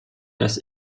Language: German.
das